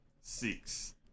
six